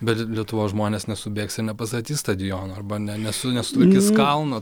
bet lietuvos žmonės nesubėgs ir nepastatys stadiono arba ne nesu nesutvarkys kalno